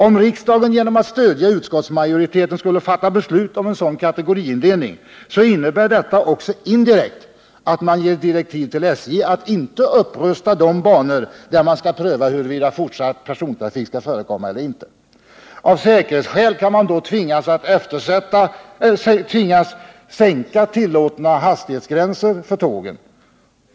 Om riksdagen genom att stödja utskottsmajoriteten skulle fatta beslut om en sådan kategoriindelning, så innebär detta också indirekt att man ger direktiv åt SJ att inte upprusta de banor där man skall pröva huruvida fortsatt persontrafik skall förekomma eller inte. Av säkerhetsskäl kan man tvingas sänka tillåtna hastighetsgränser för tågen.